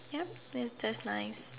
yup that's that's nice